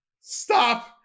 Stop